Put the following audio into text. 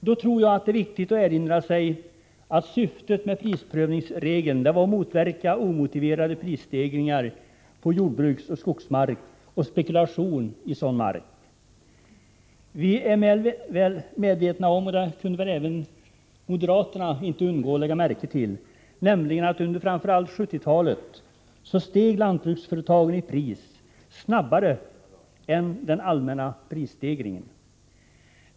Det är viktigt att erinra sig att syftet med prisprövningsregeln var att motverka omotiverade prisstegringar på jordbruksoch skogsmark och spekulation i sådan mark. Vi är väl medvetna om — det kunde väl inte heller moderaterna undgå att lägga märke till — att under framför allt 1970-talet lantbruksföretagen steg i pris snabbare än den allmänna prisstegringen.